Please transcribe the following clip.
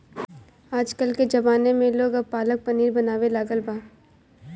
आजकल के ज़माना में लोग अब पालक पनीर बनावे लागल बा